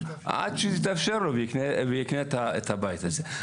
עד שיתאפשר לו ויקנה את הבית הזה.